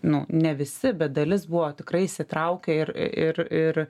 nu ne visi bet dalis buvo tikrai įsitraukę ir ir ir